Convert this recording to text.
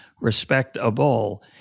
respectable